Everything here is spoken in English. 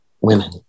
women